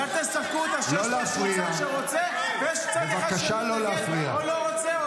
אז אל תשחקו אותה שיש איזה צד שרוצה ויש איזה צד שמתנגד או לא רוצה,